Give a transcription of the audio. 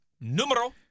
numero